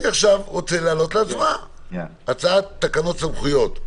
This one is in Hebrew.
אני עכשיו רוצה להעלות להצבעה את הצעת תקנות הסמכויות.